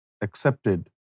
accepted